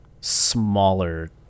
smaller